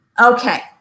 Okay